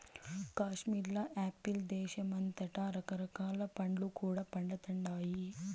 కాశ్మీర్ల యాపిల్ దేశమంతటా రకరకాల పండ్లు కూడా పండతండాయి